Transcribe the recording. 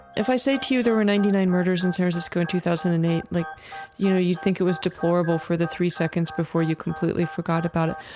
if i say to you there were ninety nine murders in san francisco in two thousand and eight, like you know you'd think it was deplorable for the three seconds before you completely forgot about it.